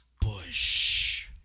Bush